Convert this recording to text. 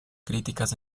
críticas